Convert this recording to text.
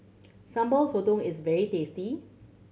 Sambal Sotong is very tasty